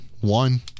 one